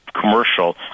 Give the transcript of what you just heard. commercial